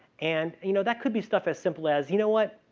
and, you know, that could be stuff as simple as, you know what,